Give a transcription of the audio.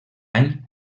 any